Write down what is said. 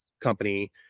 company